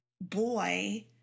boy